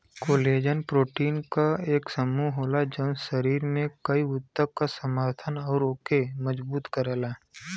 collagen protein क एक समूह होला जौन शरीर में कई ऊतक क समर्थन आउर ओके मजबूत करला